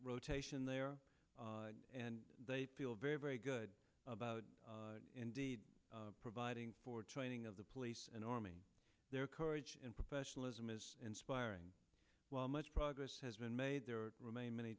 rotation they are and they feel very very good about indeed providing for training of the police and army their courage and professionalism is inspiring while much progress has been made there remain many